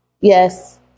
Yes